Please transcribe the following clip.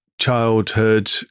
Childhood